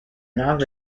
not